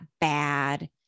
bad